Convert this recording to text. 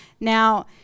Now